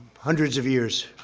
hundreds of years,